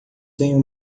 tenho